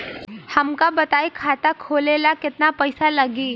हमका बताई खाता खोले ला केतना पईसा लागी?